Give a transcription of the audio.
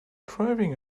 driving